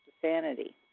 sanity